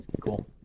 Cool